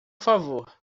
favor